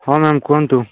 ହଁ ମ୍ୟାମ୍ କୁହନ୍ତୁ